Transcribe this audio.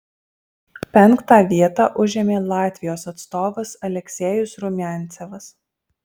penktą vietą užėmė latvijos atstovas aleksejus rumiancevas